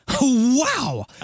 Wow